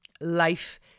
life